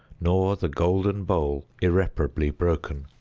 nor the golden bowl irreparably broken.